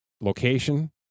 location